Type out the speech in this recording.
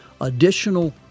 additional